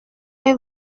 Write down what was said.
est